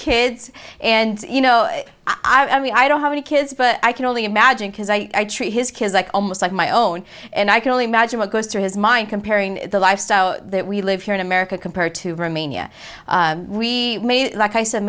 kids and you know i mean i don't have any kids but i can only imagine because i treat his kids like almost like my own and i can only imagine what goes through his mind comparing the lifestyle that we live here in america compared to romania we made like i said